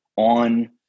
on